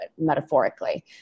metaphorically